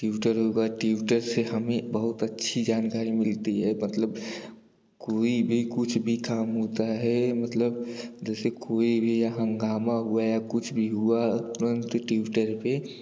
Twitter होगा Twitter से हमें बहुत अच्छी जानकारी मिलती है मतलब कोई भी कुछ भी काम होता है मतलब जैसे कोई भी हंगामा हुआ या कुछ भी हुआ तुरंत ट्विटर पर